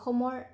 অসমৰ